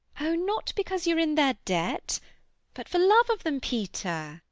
oh, not because you're in their debt but for love of them, peter,